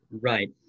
right